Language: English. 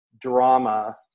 drama